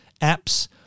apps